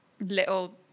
little